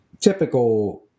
typical